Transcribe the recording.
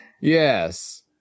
Yes